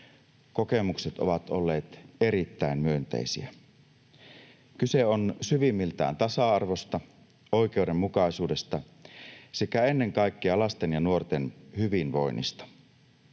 Kokemukset ovat olleet erittäin myönteisiä. Kyse on syvimmiltään tasa-arvosta, oikeudenmukaisuudesta sekä ennen kaikkea lasten ja nuorten hyvinvoinnista.